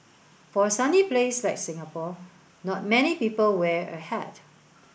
for a sunny place like Singapore not many people wear a hat